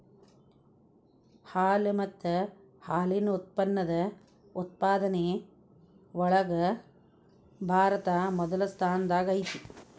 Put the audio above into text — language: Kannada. ಹಾಲು ಮತ್ತ ಹಾಲಿನ ಉತ್ಪನ್ನದ ಉತ್ಪಾದನೆ ಒಳಗ ಭಾರತಾ ಮೊದಲ ಸ್ಥಾನದಾಗ ಐತಿ